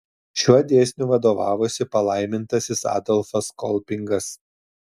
šiuo dėsniu vadovavosi palaimintasis adolfas kolpingas